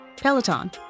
Peloton